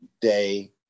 day